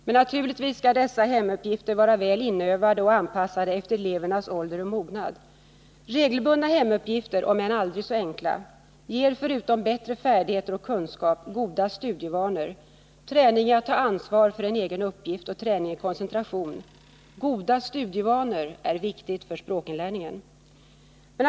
Men naturligtvis skall dessa hemuppgifter vara väl inövade och anpassade efter elevernas ålder och mognad. Regelbundna hemuppgifter — om än aldrig så enkla — ger, förutom bättre färdigheter och kunskap, goda studievanor, träning i att ta ansvar för en egen uppgift och träning i koncentration. Goda studievanor är viktiga för. Nr 117 språkinlärningen.